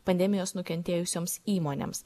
pandemijos nukentėjusioms įmonėms